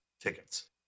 tickets